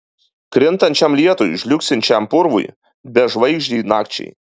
krintančiam lietui žliugsinčiam purvui bežvaigždei nakčiai